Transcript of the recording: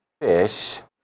fish